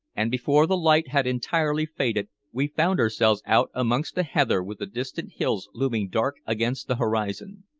and before the light had entirely faded we found ourselves out amongst the heather with the distant hills looming dark against the horizon.